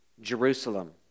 Jerusalem